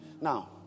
Now